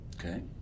okay